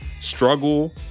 struggle